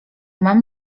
mam